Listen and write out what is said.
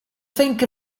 think